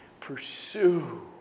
pursue